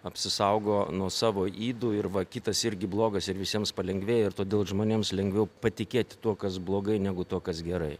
apsisaugo nuo savo ydų ir va kitas irgi blogas ir visiems palengvėjo ir todėl žmonėms lengviau patikėti tuo kas blogai negu to kas gerai